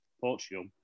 Portugal